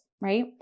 right